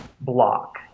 block